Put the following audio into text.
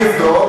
אני אבדוק,